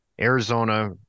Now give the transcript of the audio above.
Arizona